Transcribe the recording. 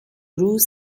روز